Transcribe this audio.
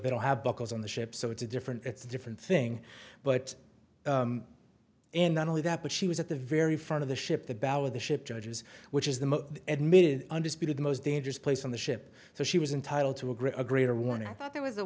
they don't have buckles on the ship so it's a different it's different thing but in not only that but she was at the very front of the ship the bow of the ship judges which is the most admitted undisputed most dangerous place on the ship so she was entitled to a a greater warning but there was a